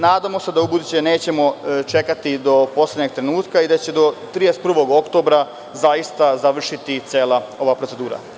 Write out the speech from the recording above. Nadamo se da u buduće nećemo čekati do poslednjeg trenutka i da će se do 31. oktobra zaista završiti cela ova procedura.